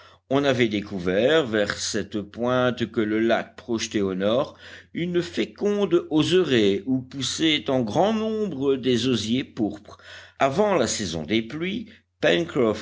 on avait découvert vers cette pointe que le lac projetait au nord une féconde oseraie où poussaient en grand nombre des osiers pourpres avant la saison des pluies